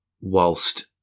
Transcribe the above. whilst